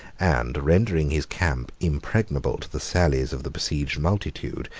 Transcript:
and rendering his camp impregnable to the sallies of the besieged multitude,